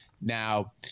Now